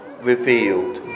revealed